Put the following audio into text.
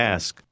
Ask